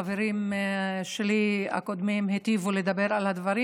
החברים הקודמים שלי היטיבו לדבר על הדברים.